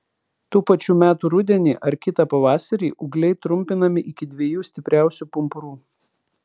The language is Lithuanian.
tų pačių metų rudenį ar kitą pavasarį ūgliai trumpinami iki dviejų stipriausių pumpurų